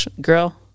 Girl